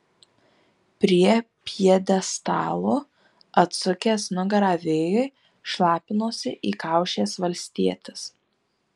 prie pjedestalo atsukęs nugarą vėjui šlapinosi įkaušęs valstietis